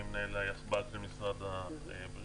אני מנהל היחב"ל במשרד הבריאות.